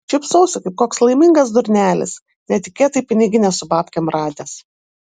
šypsausi kaip koks laimingas durnelis netikėtai piniginę su babkėm radęs